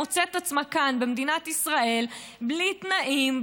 מוצאת את עצמה כאן במדינת ישראל בלי תנאים,